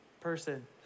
person